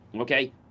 okay